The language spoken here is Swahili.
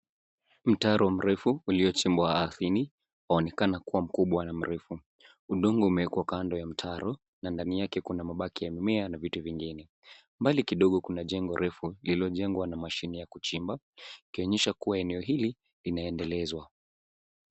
Mtaro mrefu uliochimbwa ardhini waonekana kuwa mkubwa na mrefu. Udongo umewekwa kando ya mtaro na ndani yake kuna mabaki ya mimea na vitu vingine. Mbali kidogo kuna jengo refu lililojengwa na mashine ya kuchimba ikionyesha kuwa eneo hili linaendelezwa.